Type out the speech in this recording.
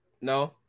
No